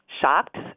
shocked